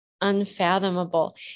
unfathomable